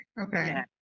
Okay